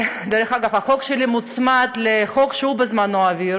דרך אגב, החוק שלי מוצמד לחוק שהוא בזמנו העביר,